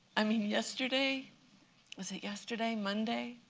i mean, yesterday was it yesterday, monday?